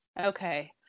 Okay